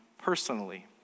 personally